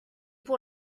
pour